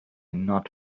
not